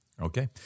Okay